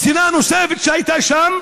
וקצינה נוספת שהייתה שם,